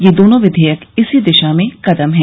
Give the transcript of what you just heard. ये दोनों विधेयक इसी दिशा में कदम हैं